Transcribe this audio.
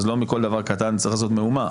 אז לא מכל דבר קטן צריך לעשות מהומה,